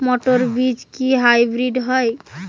মটর বীজ কি হাইব্রিড হয়?